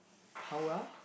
how well